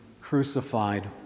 crucified